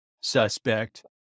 suspect